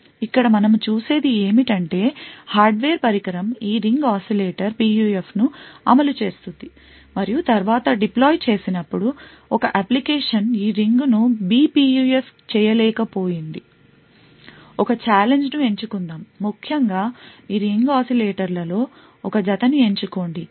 ఇక్కడ మనం చూసేది ఏమిటంటే హార్డ్వేర్ పరికరం ఈ రింగ్ oscillator PUF ను అమలు చేస్తుంది మరియు తరువాత deploy చేసినప్పుడు ఒక అప్లికేషన్ ఈ రింగ్ను B PUF చేయలేకపోయింది ఒక ఛాలెంజ్ ను ఎంచుకుందాం ముఖ్యంగా ఈ రింగ్ oscillator ల లో ఒక జతని ఎంచుకోండి 1 లేదా 0 అవుట్పుట్ను అందిస్తుంది